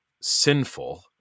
sinful